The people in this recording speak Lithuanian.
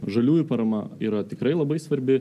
žaliųjų parama yra tikrai labai svarbi